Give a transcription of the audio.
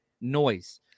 noise